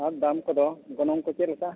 ᱟᱨ ᱫᱟᱢ ᱠᱚᱫᱚ ᱜᱚᱱᱚᱝ ᱠᱚ ᱪᱮᱫ ᱞᱮᱠᱟ